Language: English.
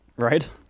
right